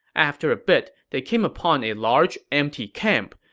after a bit, they came upon a large, empty camp.